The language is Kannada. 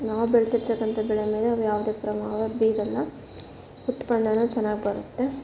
ನಾವು ಬೆಳ್ದಿರ್ದಕ್ಕಂಥ ಬೆಳೆ ಮೇಲೆ ಅವು ಯಾವುದೇ ಪ್ರಭಾವ ಬೀರೋಲ್ಲ ಉತ್ಪನ್ನವೂ ಚೆನ್ನಾಗಿ ಬರುತ್ತೆ